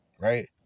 right